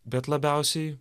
bet labiausiai